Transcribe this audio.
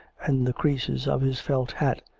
and the creases of his felt hat,